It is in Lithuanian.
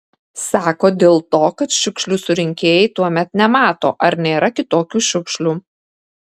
sako dėl to kad šiukšlių surinkėjai tuomet nemato ar nėra kitokių šiukšlių